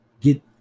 Get